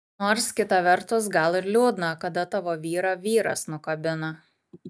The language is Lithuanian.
nors kita vertus gal ir liūdna kada tavo vyrą vyras nukabina